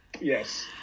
Yes